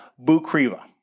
Bukriva